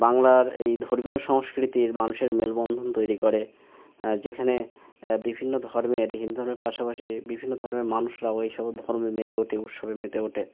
বাংলার এই ধর্মীয় সংস্কৃতির মানুষের মেলবন্ধন তৈরি করে যেখানে বিভিন্ন ধর্মের হিন্দু ধর্মের পাশাপাশি বিভিন্ন ধর্মের মানুষরাও এই সব ধর্মে মেতে ওঠে উৎসবে মেতে ওঠে